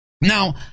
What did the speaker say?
Now